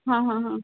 हां हां हां